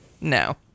No